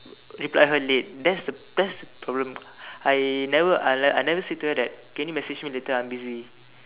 reply her late that's that's the problem I never like I never say to her can you message me later I'm busy